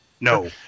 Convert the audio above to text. No